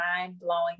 mind-blowing